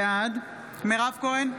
בעד מירב כהן,